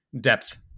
depth